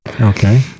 Okay